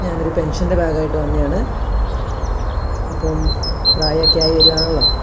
ഞാനൊരു പെൻഷൻ്റെ ഭാഗമായിട്ട് വന്നതാണ് അപ്പം പ്രായമൊക്കെയായി വരികയാണല്ലോ